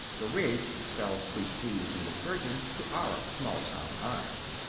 the ridge spelled sweet peas and nasturtiums to our small-town eyes.